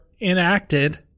enacted